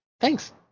thanks